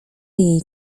jej